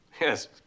Yes